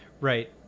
Right